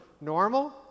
normal